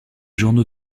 journaux